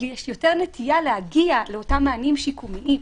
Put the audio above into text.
יש יותר נטייה להגיע לאותם מענים שיקומיים,